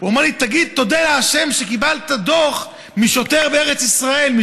הוא אמר לי: תודה לה' שקבלת דוח משוטר בארץ ישראל,